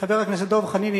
חבר הכנסת דב חנין,